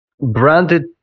branded